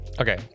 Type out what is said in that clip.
Okay